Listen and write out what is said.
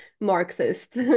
Marxist